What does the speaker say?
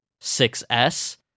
6S